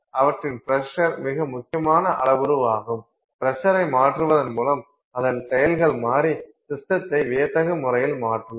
அவற்றின் ப்ரசர் மிக முக்கியமான அளவுருவாகும் ப்ரசரை மாற்றுவதன் மூலம் அதன் செயல்கள் மாறி சிஸ்டத்தை வியத்தகு முறையில் மாற்றலாம்